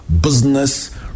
business